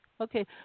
Okay